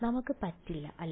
നമുക്ക് പറ്റില്ല അല്ലേ